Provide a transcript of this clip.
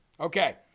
Okay